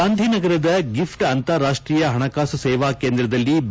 ಗಾಂಧಿನಗರದ ಗಿಫ್ಟ್ ಅಂತಾರಾಷ್ಟೀಯ ಪಣಕಾಸು ಸೇವಾಕೇಂದ್ರದಲ್ಲಿ ಬಿ